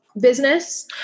business